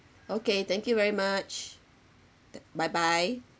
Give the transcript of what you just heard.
okay thank you very much bye bye